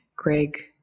Greg